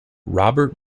robert